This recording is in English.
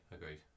agreed